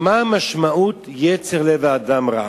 מה משמעות "יצר לב האדם רע"?